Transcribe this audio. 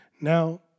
Now